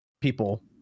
People